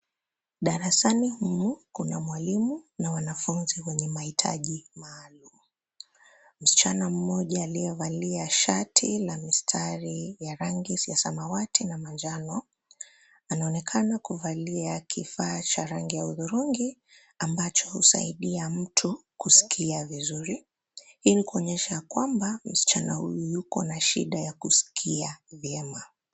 Darasani humu kuna mwalimu na wanafunzi wenye mahitaji maalum. Msichana mmoja aliyevalia shati na mistari ya rangi ya samawati na manjano anaonekana kuvalia kifaa cha rangi ya udhurungi, ambacho husaidia mtu kusikia vizuri hii ni kuonyesha ya kwamba msichana huyu yuko na shida ya kusikia vyema.